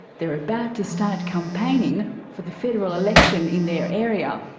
they're about to start campaigning for the federal election in their area,